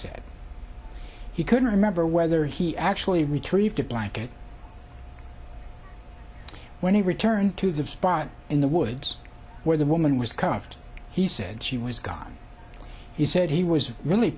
said he couldn't remember whether he actually retrieved the blanket when he returned to that spot in the woods where the woman was carved he said she was gone he said he was really